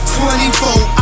24